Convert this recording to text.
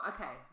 Okay